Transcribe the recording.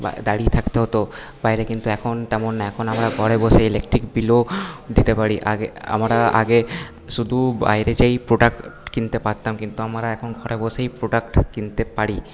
বা দাঁড়িয়ে থাকতে হত বাইরে কিন্তু এখন তেমন এখন আমরা ঘরে বসেই ইলেকট্রিক বিলও দিতে পারি আগে আমরা আগে শুধু বাইরে যেয়েই প্রোডাক্ট কিনতে পারতাম কিন্তু আমরা এখন ঘরে বসেই প্রোডাক্ট কিনতে পারি